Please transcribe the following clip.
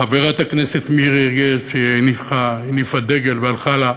חברת הכנסת מירי רגב, שהניפה דגל והלכה לה,